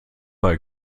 bei